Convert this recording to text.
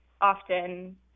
often